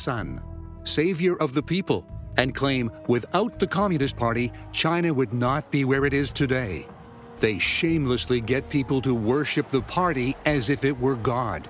sun savior of the people and claim without the communist party china would not be where it is today they shamelessly get people to worship the party as if it were go